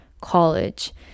college